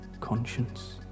conscience